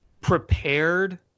prepared